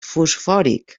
fosfòric